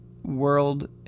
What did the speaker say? world